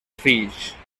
fills